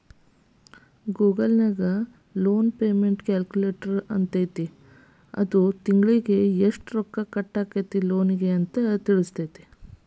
Google ನ್ಯಾಗ loan payment calculator ಅಂತೈತಿ ಅದು ತಿಂಗ್ಳಿಗೆ ಯೆಷ್ಟ್ ರೊಕ್ಕಾ ಕಟ್ಟಾಕ್ಕೇತಿ ಲೋನಿಗೆ ಅಂತ್ ತಿಳ್ಸ್ತೆತಿ